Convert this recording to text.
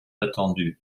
attendue